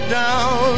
down